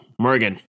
Morgan